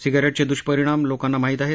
सिगारेटचे दुष्परिणाम लोकांना माहीत आहेत